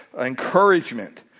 encouragement